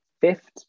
fifth